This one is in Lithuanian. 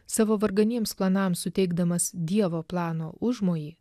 savo varganiems planams suteikdamas dievo plano užmojį